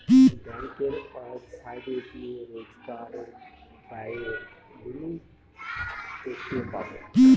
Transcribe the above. ব্যাঙ্কের ওয়েবসাইটে গিয়ে রোজকার ব্যায়ের লিমিট দেখতে পাবো